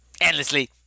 endlessly